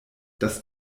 das